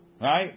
Right